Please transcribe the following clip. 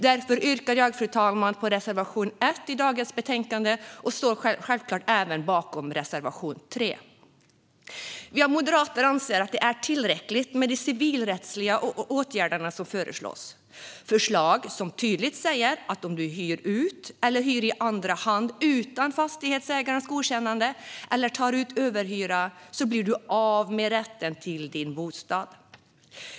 Jag yrkar därför bifall till reservation 1 i dagens betänkande och står självfallet även bakom reservation 3. Vi moderater anser att det är tillräckligt med de civilrättsliga åtgärder som föreslås. Det är förslag som tydligt säger att om man hyr ut eller hyr i andra hand utan fastighetsägarens godkännande eller tar ut överhyra blir man av med sin rätt till bostaden.